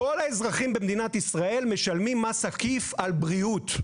כל האזרחים במדינת ישראל משלמים מס עקיף על בריאות.